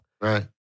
Right